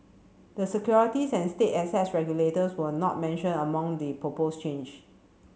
the securities and state assets regulators were not mentioned among the proposed change